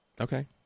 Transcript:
Okay